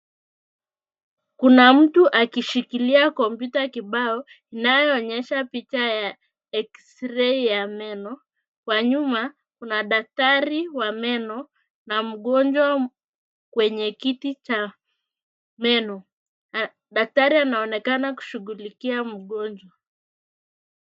Kuna mtu akishikilia kompyuta kibao, inayoonyesha picha ya eksirei ya meno. Kwa nyuma, kuna daktari wa meno na mgonjwa kwenye kiti cha meno. Daktari anaonekana kushughulikia mgonjwa.